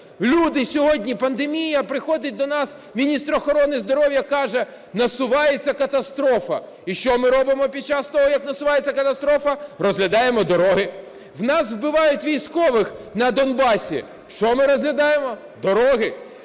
Люди, сьогодні пандемія, приходить до нас міністр охорони здоров'я і каже: насувається катастрофа. І що ми робимо під час того, як насувається катастрофа? Розглядаємо дороги. У нас вбивають військових на Донбасі. Що ми розглядаємо? Дороги.